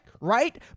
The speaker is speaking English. right